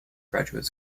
graduate